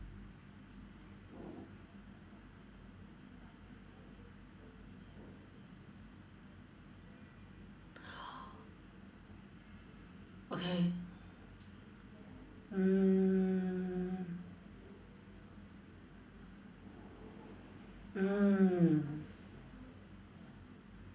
okay mm mm